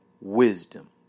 wisdom